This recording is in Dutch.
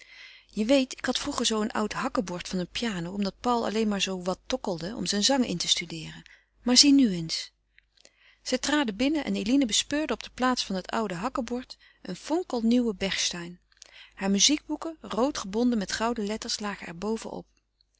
je weet ik had vroeger zoo een oud hakkebord van een piano omdat paul alleen maar zoo wat tokkelde om zijn zang in te studeeren maar zie nu eens zij traden binnen en eline bespeurde op de plaats van het oude hakkebord een fonkelnieuwe bechstein haar muziekboeken rood gebonden met gouden letters lagen